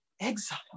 Exile